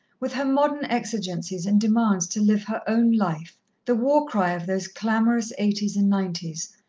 with her modern exigencies and demands to live her own life, the war-cry of those clamorous eighties and nineties,